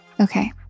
Okay